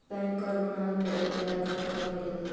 Pan card बनावे पडय है आधार कार्ड भी लगहै?